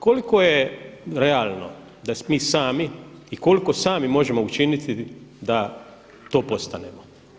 Koliko je realno da mi sami i koliko sami možemo učiniti da to postanemo?